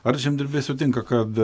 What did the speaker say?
ar žemdirbiai sutinka kad